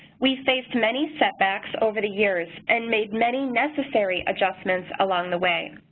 we face many setbacks over the years, and made many necessary adjustments along the way.